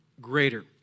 greater